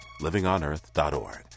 livingonearth.org